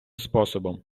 способом